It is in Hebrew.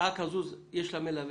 כזו יש מלווה.